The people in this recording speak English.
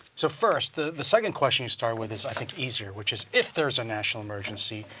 so first, the the second question you start with is i think easier, which is if there is a national emergency,